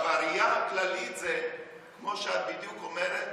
הראייה הכללית היא בדיוק כמו שאת אומרת.